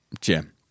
Jim